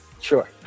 sure